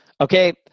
okay –